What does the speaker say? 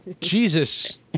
Jesus